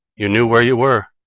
you knew where you were.